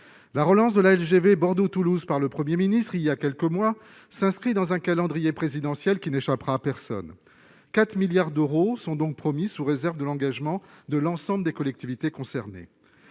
la relance de la LGV Bordeaux-Toulouse par le 1er ministre il y a quelques mois, s'inscrit dans un calendrier présidentiel qui n'échappera à personne 4 milliards d'euros sont donc promis, sous réserve de l'engagement de l'ensemble des collectivités concernées